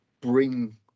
bring